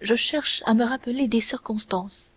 je cherche à me rappeler des circonstances